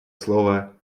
слово